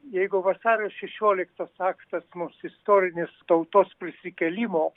jeigu vasario šešioliktos aktas mūs istorinės tautos prisikėlimo